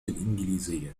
الإنجليزية